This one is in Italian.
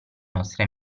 nostri